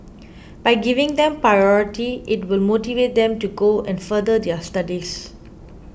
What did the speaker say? by giving them priority it will motivate them to go and further their studies